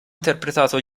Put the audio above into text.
interpretato